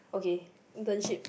okay internship